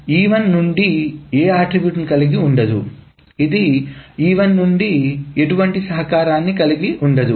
ఇది E1 నుండి ఏ అట్రిబ్యూట్ కలిగి ఉండదు ఇది E1 నుండి ఎటువంటి సహకారాన్ని కలిగి ఉండదు